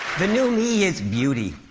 the new me is beauty.